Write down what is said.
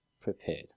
prepared